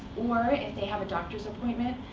or if they have a doctor's appointment,